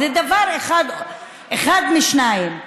אחת משתיים: